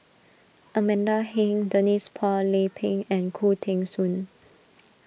Amanda Heng Denise Phua Lay Peng and Khoo Teng Soon